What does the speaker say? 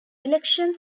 elections